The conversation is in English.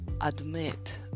admit